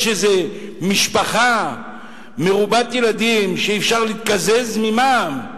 יש איזה משפחה מרובת-ילדים שיכולה להתקזז ממע"מ?